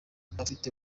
abafite